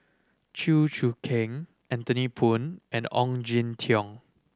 Chew Choo Keng Anthony Poon and Ong Jin Teong